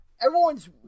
Everyone's